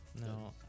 No